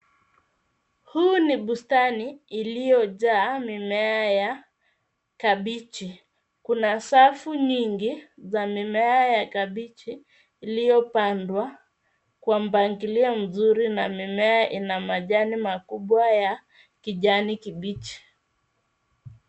Huu ni bustani iliyojaa mimea ya kabechi. Kuna safu nyingi ya mimea ya kabechi iliyopandwa kwa mpangilio mzuri na mimea ina majani makubwa ya kijani kibichi.